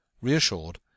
reassured